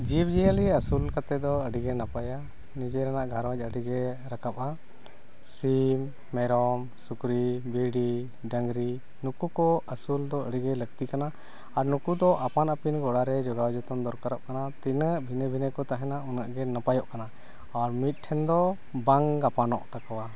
ᱡᱤᱵᱽᱼᱡᱤᱭᱟᱹᱞᱤ ᱟᱹᱥᱩᱞ ᱠᱟᱛᱮᱫ ᱫᱚ ᱟᱹᱰᱤᱜᱮ ᱱᱟᱯᱟᱭᱟ ᱱᱤᱡᱮ ᱨᱮᱱᱟᱜ ᱜᱷᱟᱸᱨᱚᱡᱽ ᱟᱹᱰᱤᱜᱮ ᱨᱟᱠᱟᱵᱟ ᱥᱤᱢ ᱢᱮᱨᱚᱢ ᱥᱩᱠᱨᱤ ᱵᱷᱤᱰᱤ ᱰᱟᱹᱝᱨᱤ ᱱᱩᱠᱩᱠᱚ ᱟᱹᱥᱩᱞᱫᱚ ᱟᱹᱰᱤᱜᱮ ᱞᱟᱹᱠᱛᱤ ᱠᱟᱱᱟ ᱟᱨ ᱱᱩᱠᱩᱫᱚ ᱟᱯᱟᱱᱼᱟᱹᱯᱤᱱ ᱜᱚᱲᱟᱨᱮ ᱡᱚᱜᱟᱣ ᱡᱚᱛᱚᱱ ᱫᱚᱨᱠᱟᱨᱚᱜ ᱠᱟᱱᱟ ᱛᱤᱱᱟᱹᱜ ᱵᱷᱤᱱᱟᱹᱼᱵᱷᱤᱱᱟᱹᱜ ᱠᱚ ᱛᱟᱦᱮᱱᱟ ᱩᱱᱟᱹᱜ ᱜᱮ ᱱᱟᱯᱟᱭᱚᱜ ᱠᱟᱱᱟ ᱟᱨ ᱢᱤᱫᱴᱷᱮᱱ ᱫᱚ ᱵᱟᱝ ᱜᱟᱯᱟᱱᱚᱜ ᱛᱟᱠᱚᱣᱟ